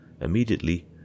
immediately